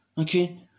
Okay